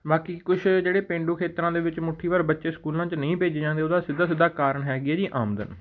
ਬਾਕੀ ਕੁਛ ਜਿਹੜੇ ਪੇਂਡੂ ਖੇਤਰਾਂ ਦੇ ਵਿੱਚ ਮੁੱਠੀ ਭਰ ਬੱਚੇ ਸਕੂਲਾਂ 'ਚ ਨਹੀਂ ਭੇਜੇ ਜਾਂਦੇ ਉਹਦਾ ਸਿੱਧਾ ਸਿੱਧਾ ਕਾਰਨ ਹੈਗੀ ਆ ਜੀ ਆਮਦਨ